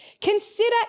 consider